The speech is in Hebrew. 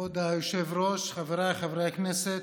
כבוד היושב-ראש, חבריי חברי הכנסת.